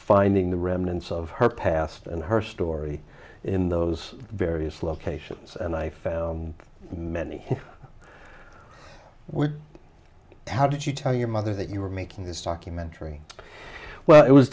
finding the remnants of her past and her story in those various locations and i found many how did you tell your mother that you were making this documentary well it was